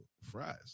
fries